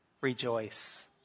rejoice